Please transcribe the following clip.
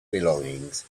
belongings